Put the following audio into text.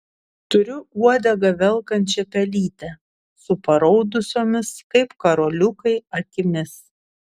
turiu uodegą velkančią pelytę su paraudusiomis kaip karoliukai akimis